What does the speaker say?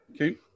Okay